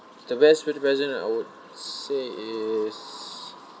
the best birthday present I would say is